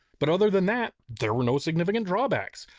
but other than that, there were no significant drawbacks.